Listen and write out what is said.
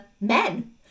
men